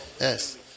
Yes